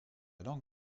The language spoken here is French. langue